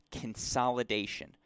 Consolidation